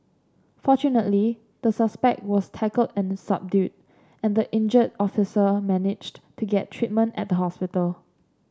fortunately the suspect was tackled and subdued and the injured officer managed to get treatment at the hospital